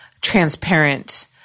transparent